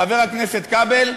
חבר הכנסת כבל,